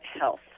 health